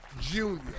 Junior